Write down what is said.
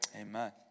Amen